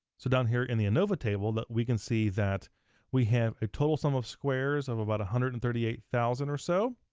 so down here in the anova table that we can see that we have a total sum of squares of about one hundred and thirty eight thousand or so.